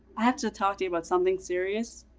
i have to talk to you about something serious,